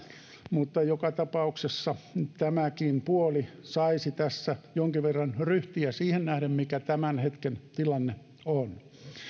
mutta joka tapauksessa tämäkin puoli saisi tässä jonkin verran ryhtiä siihen nähden mikä tämän hetken tilanne on